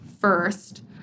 first